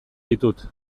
ditut